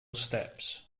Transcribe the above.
steps